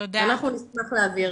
אז אנחנו נשמח להעביר.